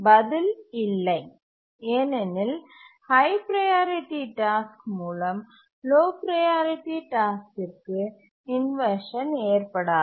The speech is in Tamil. பதில் இல்லை ஏனெனில் ஹய் ப்ரையாரிட்டி டாஸ்க் மூலம் லோ ப்ரையாரிட்டி டாஸ்க்கிற்கு இன்வர்ஷன் ஏற்படாது